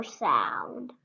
sound